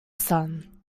son